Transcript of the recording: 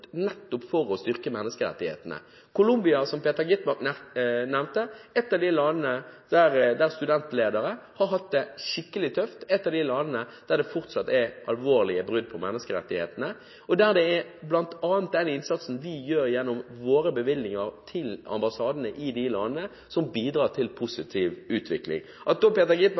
nettopp for å styrke menneskerettighetene. Colombia, som Peter Skovholt Gitmark nevnte, er et av de landene der studentledere har hatt det skikkelig tøft. Det er et av de landene der det fortsatt er alvorlige brudd på menneskerettighetene, og der bl.a. den innsatsen vi gjør gjennom våre bevilgninger til ambassadene i de landene, bidrar til en positiv utvikling. At da Peter